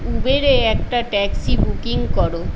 উবেরে একটা taxi booking করো